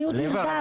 מיעוט נרדף,